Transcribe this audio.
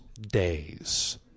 days